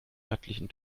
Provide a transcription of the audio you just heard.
örtlichen